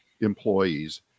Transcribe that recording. employees